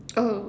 oh